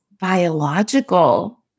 biological